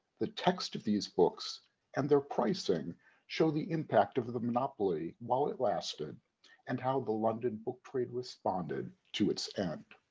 the text of these books and their pricing show the impact of of the monopoly while it lasted and how the london book trade responded to its end.